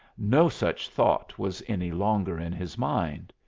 no such thought was any longer in his mind.